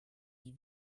die